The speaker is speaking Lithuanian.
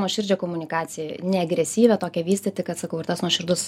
nuoširdžią komunikaciją neagresyvią tokią vystyti kad sakau ir tas nuoširdus